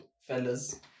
Fellas